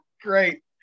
great